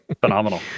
Phenomenal